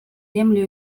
землю